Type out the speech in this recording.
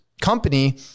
company